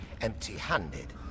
Empty-handed